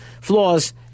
flaws